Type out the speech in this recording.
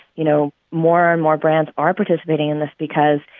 you know, more and more brands are participating in this because,